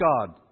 God